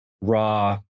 raw